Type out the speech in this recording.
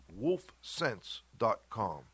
wolfsense.com